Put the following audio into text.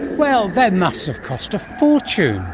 well, that must have cost a fortune.